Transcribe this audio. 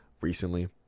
recently